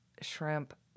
shrimp